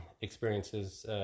experiences